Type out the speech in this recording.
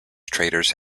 traitors